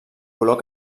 color